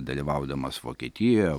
dalyvaudamas vokietijoje